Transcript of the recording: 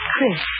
Chris